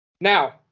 Now